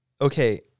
okay